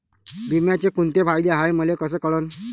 बिम्याचे कुंते फायदे हाय मले कस कळन?